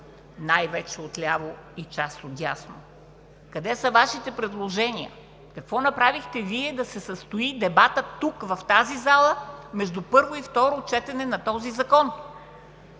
най-вече от ляво и част от дясно: къде са Вашите предложения, какво направихте Вие, за да се състои дебатът тук, в тази зала, между първо и второ четене на този закон?